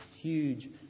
huge